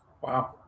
Wow